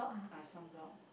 ah sunblock